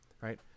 Right